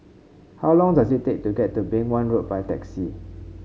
how long does it take to get to Beng Wan Road by taxi